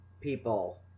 people